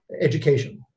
education